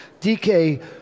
DK